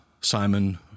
Simon